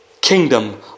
kingdom